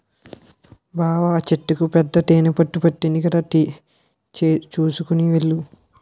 బావా ఆ చెట్టుకి పెద్ద తేనెపట్టు పట్టింది కదా చూసుకొని వెళ్ళు